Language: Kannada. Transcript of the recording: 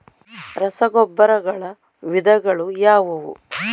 ರಸಗೊಬ್ಬರಗಳ ವಿಧಗಳು ಯಾವುವು?